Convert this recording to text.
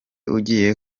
ugiye